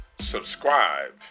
Subscribe